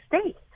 state